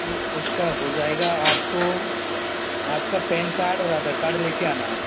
तो उसका हो जाएगा आपको आपका पैन कार्ड और आधार कार्ड ले कर आना है